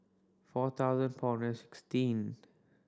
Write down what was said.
four thousand four hundred sixteen